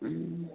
हूँ